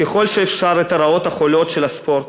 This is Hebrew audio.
ככל שאפשר את הרעות החולות של הספורט,